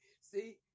See